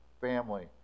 family